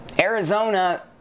Arizona